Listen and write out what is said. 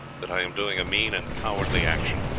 that i am doing a mean and cowardly action.